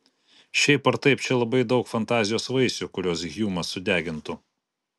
šiaip ar taip čia labai daug fantazijos vaisių kuriuos hjumas sudegintų